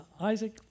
Isaac